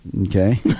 Okay